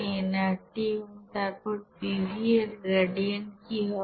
এবং তারপর pV এর গ্রেডিয়েন্ট কি হবে